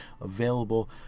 available